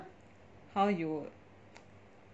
how you